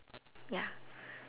ya